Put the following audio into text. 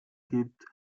gibt